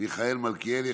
מיכאל מלכיאלי,